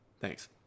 Thanks